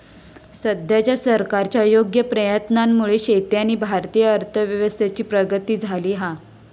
सद्याच्या सरकारच्या योग्य प्रयत्नांमुळे शेती आणि भारतीय अर्थव्यवस्थेची प्रगती झाली हा